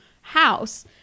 house